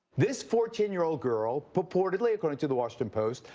this fourteen year old girl, purportedly, according to the washington post,